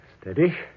Steady